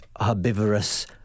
herbivorous